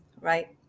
right